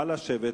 נא לשבת.